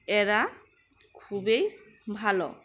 এরা খুবই ভালো